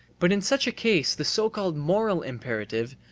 but in such a case the so-called moral imperative,